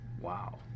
Wow